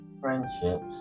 friendships